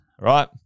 right